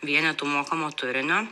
vienetų mokamo turinio